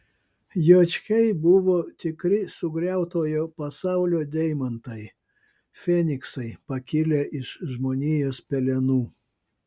juočkiai buvo tikri sugriautojo pasaulio deimantai feniksai pakilę iš žmonijos pelenų